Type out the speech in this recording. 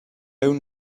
own